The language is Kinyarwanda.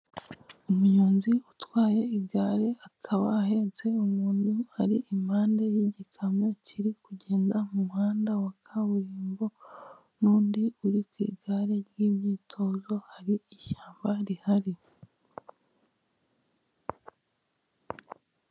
Umunyonzi utwaye igare akaba ahetse umuntu ari impande y'igikamyo kiri kugenda mu muhanda wa kaburimbo n'undi uri ku igare ry'imyitozo, hari ishyamba rihari.